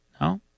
No